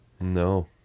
No